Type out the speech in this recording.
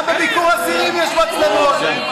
גם בביקור אסירים יש מצלמות.